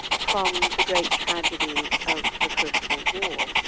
from the great tragedy of the first world war.